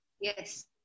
Yes